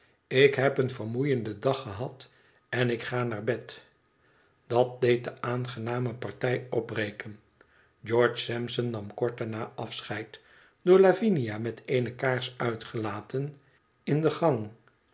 ik heb een vermoeienden dag gehad en ik ga naar bed dat deed de aangename partij opbreken george sampson nam kort daarna afscheid door lavina met eene kaars uitgelaten in de gang